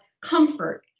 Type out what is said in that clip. comfort